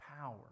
power